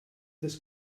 this